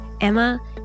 Emma